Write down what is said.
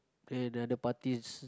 and another party is